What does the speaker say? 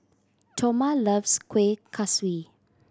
Toma loves Kueh Kaswi